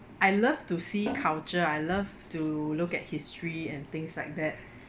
I love to see culture I love to look at history and things like that